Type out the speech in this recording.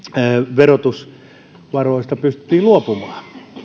verotusvaroista pystyttiin luopumaan